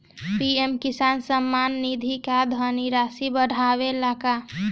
PM Kisan Samman Nidhi क धनराशि बढ़े वाला बा का?